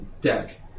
deck